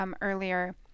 earlier